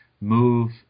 move